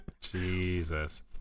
Jesus